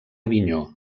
avinyó